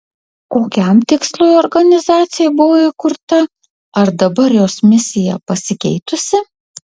kokiam tikslui organizacija buvo įkurta ar dabar jos misija pasikeitusi